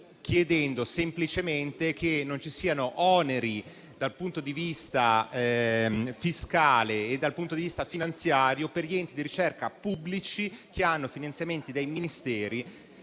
chiedendo semplicemente che non ci siano oneri dal punto di vista fiscale e dal punto di vista finanziario per gli enti di ricerca pubblici che hanno finanziamenti dai Ministeri.